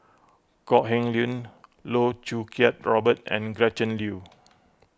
Kok Heng Leun Loh Choo Kiat Robert and Gretchen Liu